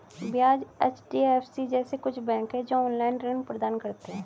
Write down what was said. Bajaj, HDFC जैसे कुछ bank है, जो ऑनलाईन ऋण प्रदान करते हैं